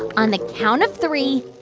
on the count of three,